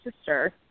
sister